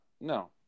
No